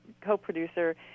co-producer